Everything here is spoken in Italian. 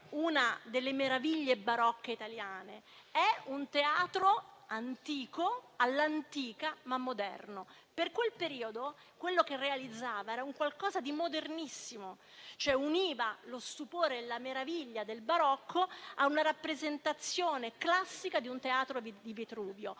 una delle meraviglie barocche italiane; è un teatro antico, ma moderno al tempo stesso. Per quel periodo, quello che realizzava era un qualcosa di modernissimo, cioè univa lo stupore e la meraviglia del barocco a una rappresentazione classica di un teatro di Vitruvio.